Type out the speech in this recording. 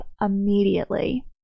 immediately